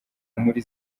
muri